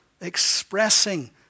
expressing